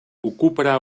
ocuparà